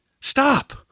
Stop